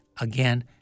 Again